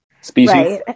species